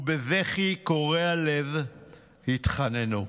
ובבכי קורע לב התחננו: